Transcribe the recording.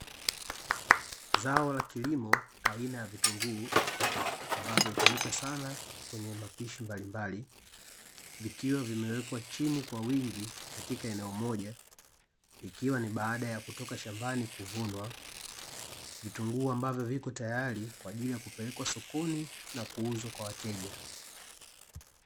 Zao la kilimo aina ya vitunguu ambavyo hutumika sana kwenye mapishi mbalimbali vikiwa vimewekwa chini kwa wingi katika eneo moja ikiwa ni baada ya kutoka shambani kuvunwa, vitunguu ambavyo viko tayari kwa ajili ya kupelekwa sokoni na kuuzwa kwa wateja.